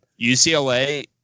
UCLA